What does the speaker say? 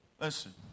Listen